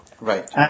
Right